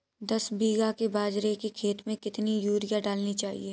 दस बीघा के बाजरे के खेत में कितनी यूरिया डालनी चाहिए?